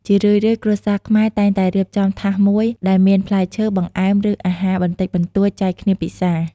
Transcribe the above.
ជារឿយៗ គ្រួសារខ្មែរតែងតែរៀបចំ ថាសមួយ ដែលមានផ្លែឈើ បង្អែម ឬ អាហារបបន្តិចបន្តួចចែកគ្នាពិសា។